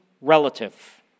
relative